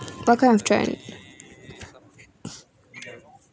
what kind of trend